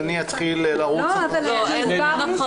אני אתחיל לרוץ אחריו?